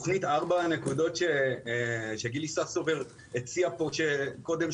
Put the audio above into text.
תוכנית ארבע הנקודות שגיל ססובר הציע פה קודם,